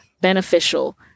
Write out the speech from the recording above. beneficial